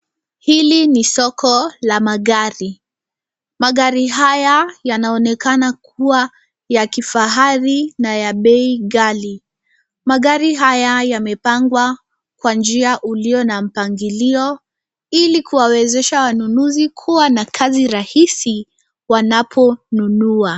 Hili ni soko la magari. Magari haya yanaonekana kuwa ya kifahari na bei ghali. Magari haya yamepangwa kwa njia uliyo na mpangilio ili kuwawezesha wanunuzi kuwa na kazi rahisi wanaponunua.